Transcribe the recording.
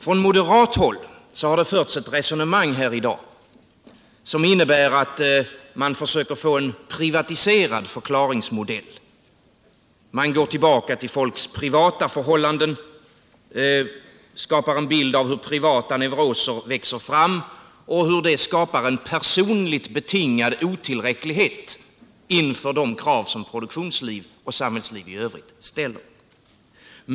Från moderat håll har man här i dag fört ett resonemang som innebär att man använder en privatiserad förklaringsmodell, Man går tillbaka till folks privata förhållanden, skapar en bild av hur privata neuroser växer fram och hur det skapar en personligt betingad otillräcklighet inför de krav som produktionsliv och samhällsliv i övrigt ställer.